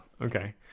Okay